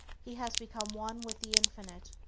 he has become one with the infinite.